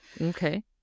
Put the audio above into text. Okay